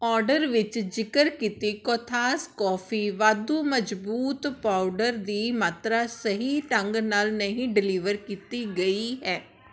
order ਵਿੱਚ ਜ਼ਿਕਰ ਕੀਤੀ ਕੋਥਾਸ ਕੌਫੀ ਵਾਧੂ ਮਜ਼ਬੂਤ ਪਾਊਡਰ ਦੀ ਮਾਤਰਾ ਸਹੀ ਢੰਗ ਨਾਲ ਨਹੀਂ ਡਿਲੀਵਰ ਕੀਤੀ ਗਈ ਹੈ